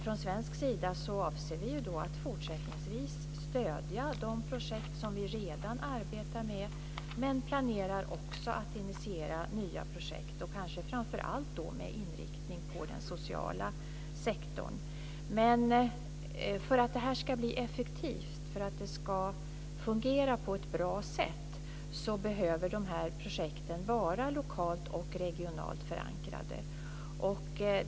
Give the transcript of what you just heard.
Från svensk sida avser vi att fortsättningsvis stödja de projekt som vi redan arbetar med, men planerar också att initiera nya projekt - kanske framför allt med inriktning på den sociala sektorn. För att detta ska bli effektivt - för att det ska fungera på ett bra sätt - behöver dessa projekt vara lokalt och regionalt förankrade.